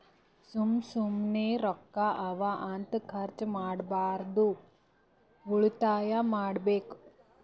ಸುಮ್ಮ ಸುಮ್ಮನೆ ರೊಕ್ಕಾ ಅವಾ ಅಂತ ಖರ್ಚ ಮಾಡ್ಬಾರ್ದು ಉಳಿತಾಯ ಮಾಡ್ಬೇಕ್